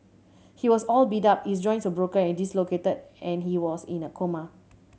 he was all beat up his joints were broken and dislocated and he was in a coma